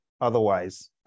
otherwise